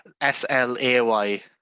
S-L-A-Y